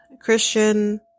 Christian